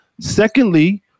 Secondly